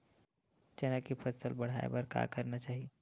चना के फसल बढ़ाय बर का करना चाही?